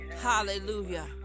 Hallelujah